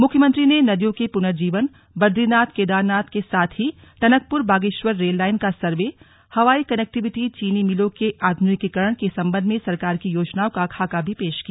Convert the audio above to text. मुख्यमंत्री ने नदियों के पुनर्जीवन बदरीनाथ केदारनाथ के साथ ही टनकपुर बागेश्वर रेल लाइन का सर्वे हवाई कनेक्टिविटी चीनी मिलों के आधुनिकीकरण के संबंध में सरकार की योजनाओं का खाका भी पेश किया